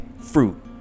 fruit